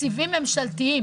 תקציבים ממשלתיים.